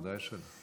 ודאי שלא.